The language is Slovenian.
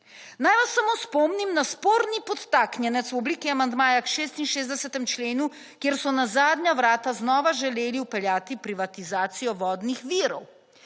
Naj vas samo spomnim na sporni podtaknjenec v obliki amandmaja k 66. členu, kjer so na zadnje vrata znova želeli vpeljati privatizacijo vodnih virov.